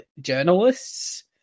journalists